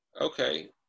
Okay